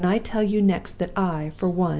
and when i tell you next that i, for one,